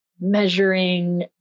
measuring